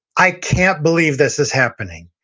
i can't believe this is happening.